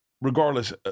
regardless